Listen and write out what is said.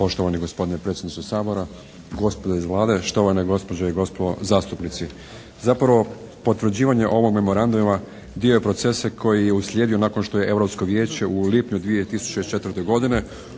Poštovani gospodine predsjedniče Sabora, gospodo iz Vlade, štovane gospođe i gospodo zastupnici. Zapravo potvrđivanje ovog memoranduma dio je procesa koji je uslijedio nakon što je Europsko vijeće u lipnju 2004. godine